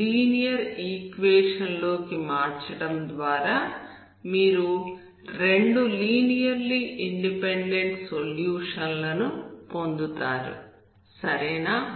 linear equation లోకి మార్చడం ద్వారా మీరు రెండు లీనియర్లీ ఇండిపెండెంట్ సొల్యూషన్ లను పొందుతారు సరేనా